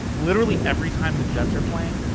literally every time the jets are playing,